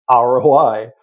ROI